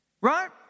Right